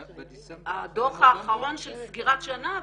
הדוח האחרון של סגירת שנה,